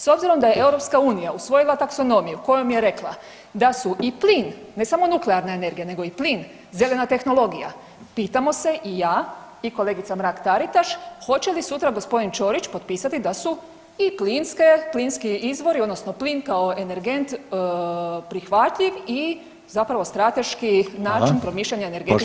S obzirom da je EU usvojila taksonomiju kojom je rekla da su i plin, ne samo nuklearna energija nego i plin zelena tehnologija, pitamo se i ja i kolegica Mrak-Taritaš hoće li sutra g. Ćorić potpisati da su i plinske, plinski izvori odnosno plin kao energent prihvatljiv i zapravo strateški način promišljanja energetike u Hrvatskoj.